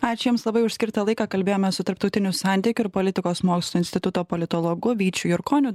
ačiū jums labai už skirtą laiką kalbėjome su tarptautinių santykių ir politikos mokslų instituto politologu vyčiu jurkoniu